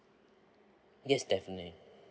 yes definitely